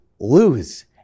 lose